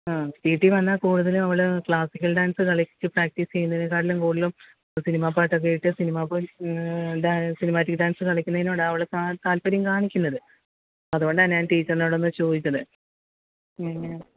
ആ വീട്ടിൽ വന്നാൽ കൂടുതലും അവള് ക്ലാസിക്കൽ ഡാൻസ് കളിച്ച് പ്രാക്ടീസ് ചെയ്യുന്നതിനേക്കാട്ടിലും കൂടുതലും സിനിമാപാട്ടൊക്കെ ഇട്ട് സിനിമ ഡാൻ സിനിമാറ്റിക്ക് ഡാൻസ് കളിക്കുന്നതിനോടാണ് അവള് താല്പര്യം കാണിക്കുന്നത് അതുകൊണ്ടാണ് ഞാൻ ടീച്ചറിനോടൊന്ന് ചോദിച്ചത്